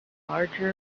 larger